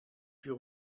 für